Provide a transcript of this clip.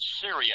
Syria